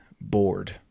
bored